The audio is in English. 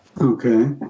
Okay